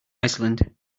iceland